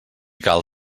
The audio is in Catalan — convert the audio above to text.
cal